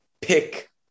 pick